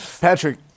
Patrick